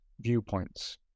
viewpoints